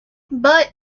but